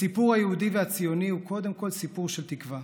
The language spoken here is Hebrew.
הסיפור היהודי והציוני הוא קודם כול סיפור של תקווה.